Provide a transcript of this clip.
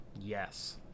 Yes